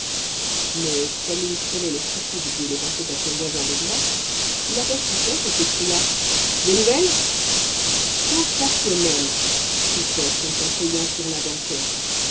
mais comme il prenait les soucoupes et les passait à son voisin de droite il aperçut coche et s'écria des nouvelles sensationnelles fit coche en s'asseyant sur la banquette